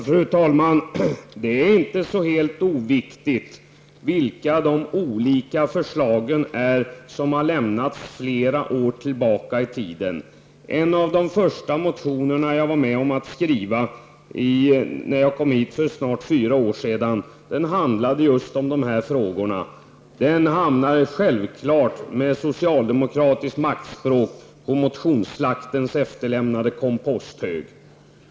Fru talman! Det är inte helt oviktigt vilka de olika förslagen är som har lämnats flera år tillbaka i tiden. En av de första motioner som jag skrev när jag kom till riksdagen för snart fyra år sedan handlade just om dessa frågor. Den hamnade självfallet, med socialdemokratiskt maktspråk, på motionsslaktens efterlämnade komposthög.